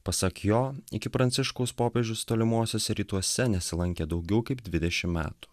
pasak jo iki pranciškaus popiežius tolimuosiuose rytuose nesilankė daugiau kaip dvidešim metų